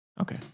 Okay